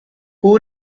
who